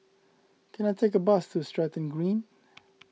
can I take a bus to Stratton Green